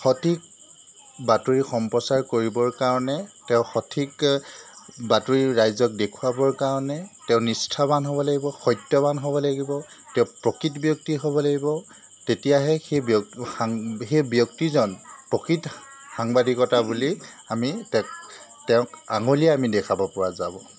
সঠিক বাতৰি সম্প্ৰচাৰ কৰিবৰ কাৰণে তেওঁ সঠিক বাতৰি ৰাইজক দেখুৱাবৰ কাৰণে তেওঁ নিষ্ঠাবান হ'ব লাগিব সত্যৱান হ'ব লাগিব তেওঁ প্ৰকৃত ব্যক্তি হ'ব লাগিব তেতিয়াহে সেই ব্য সাং সেই ব্যক্তিজন প্ৰকৃত সাংবাদিকতা বুলি আমি তেক তেওঁক আঙুলিয়ে আমি দেখাব পৰা যাব